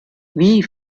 wie